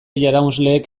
jaraunsleek